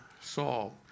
Saul